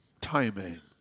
timing